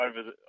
over